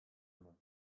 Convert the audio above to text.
immer